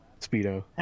speedo